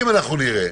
אם אנחנו נראה